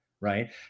Right